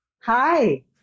Hi